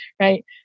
right